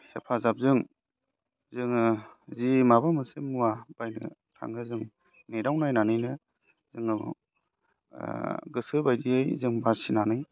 हेफाजाबजों जोङो जि माबा मोनसे मुवा बायनो थाङो जों नेटआव नायनानैनो जोंनाव गोसो बायदियै जों बासिनानै